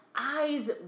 eyes